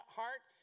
heart